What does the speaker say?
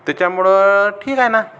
त्याच्यामुळं ठीक आहे ना